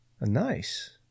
Nice